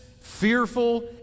fearful